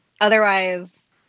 otherwise